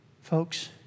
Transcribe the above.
Folks